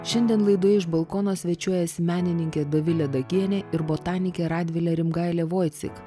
šiandien laidoje iš balkono svečiuojasi menininkė dovilė dagienė ir botanikė radvilė rimgailė voicik